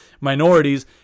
minorities